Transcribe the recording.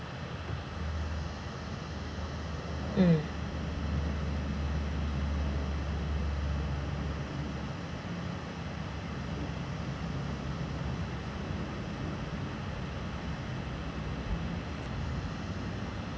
mm